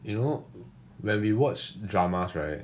you know when we watch dramas right